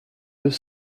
deux